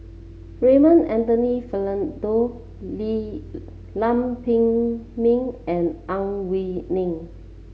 Raymond Anthony Fernando Lee Lam Pin Min and Ang Wei Neng